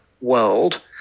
world